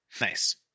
Nice